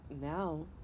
now